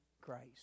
Christ